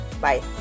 Bye